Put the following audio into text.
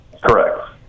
Correct